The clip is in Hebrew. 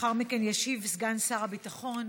ולאחר מכן ישיב סגן שר הביטחון